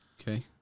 Okay